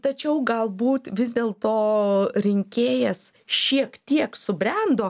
tačiau galbūt vis dėl to rinkėjas šiek tiek subrendo